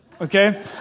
okay